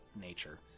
nature